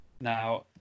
Now